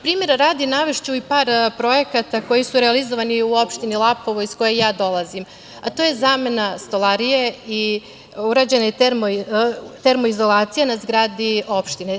Primera radi, navešću i par projekata koji su realizovani u opštini Lapovo, iz koje ja dolazim, a to je zamena stolarije i urađena je termoizolacija na zgradi opštine.